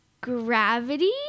gravity